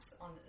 on